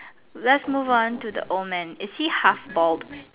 let's move on to the old man is he half bald